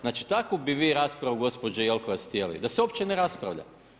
Znači takvu bi vi raspravu gospođe Jelkovac htjeli da se uopće ne raspravlja.